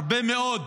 הרבה מאוד